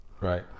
Right